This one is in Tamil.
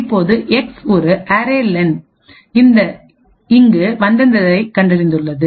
இப்போது எக்ஸ் ஒரு அரே லென்X an array len இந்த வந்ததைக் கண்டறிந்துள்ளது